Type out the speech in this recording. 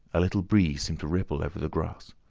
a little breeze seemed to ripple over the grass.